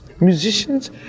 musicians